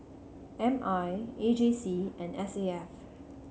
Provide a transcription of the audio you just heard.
M I A J C and S A F